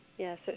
Yes